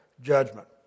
judgment